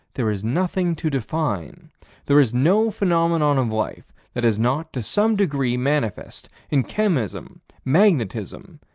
there is nothing to define there is no phenomenon of life that is not, to some degree, manifest in chemism, magnetism,